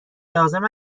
لازم